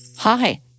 Hi